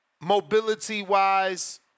Mobility-wise